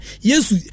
yes